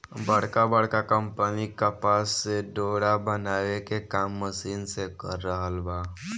बड़का बड़का कंपनी कपास से डोरा बनावे के काम मशीन से कर रहल बा